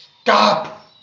Stop